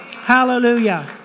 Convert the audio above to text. Hallelujah